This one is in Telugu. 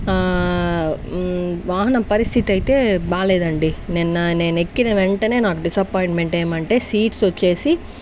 వాహనం పరిస్థితి అయితే బాగాలేదండి నిన్న నేను ఎక్కిన వెంటనే నాకు డిసప్పాయింట్మెంట్ ఏమంటే సీట్స్ వచ్చేసి